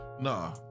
Nah